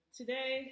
today